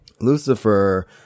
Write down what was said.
Lucifer